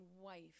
wife